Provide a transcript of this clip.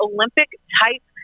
Olympic-type